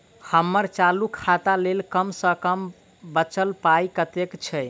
हम्मर चालू खाता लेल कम सँ कम बचल पाइ कतेक छै?